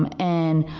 and,